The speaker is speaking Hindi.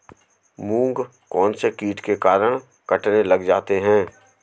मूंग कौनसे कीट के कारण कटने लग जाते हैं?